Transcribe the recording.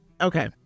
Okay